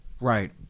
Right